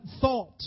thought